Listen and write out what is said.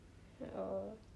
oh